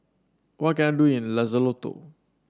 what can I do in Lesotho